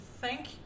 thank